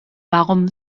warum